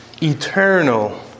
eternal